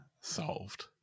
solved